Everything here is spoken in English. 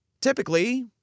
Typically